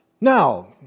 Now